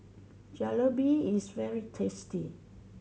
jalebi is very tasty